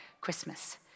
Christmas